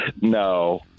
No